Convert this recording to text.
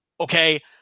okay